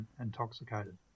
intoxicated